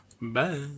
Bye